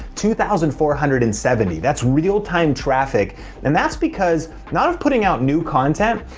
two thousand four hundred and seventy. that's realtime traffic and that's because, not of putting out new content,